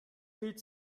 bild